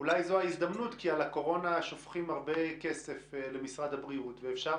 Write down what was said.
אז אולי זו ההזדמנות כי על הקורונה שופכים הרבה כסף למשרד הבריאות ואפשר